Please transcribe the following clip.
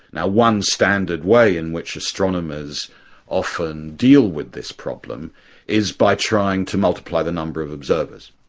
now one standard way in which astronomers often deal with this problem is by trying to multiply the number of observers,